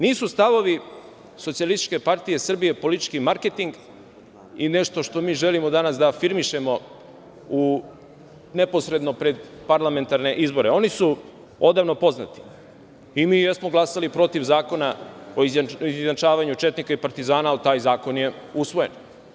Nisu stavovi SPS politički marketing i nešto što mi želimo danas da afirmišemo neposredno pred parlamentarne izbore, oni su odavno poznati, i mi jesmo glasali protiv zakona o izjednačavanju četnika i partizana, ali taj zakon je usvojen.